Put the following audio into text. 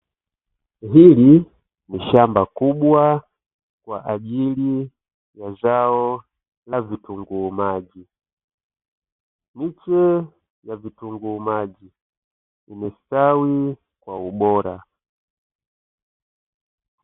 Hili ni shamba kubwa kwa ajili ya zao la vitunguu maji, miche ya vitunguu maji imestawi kwa ubora.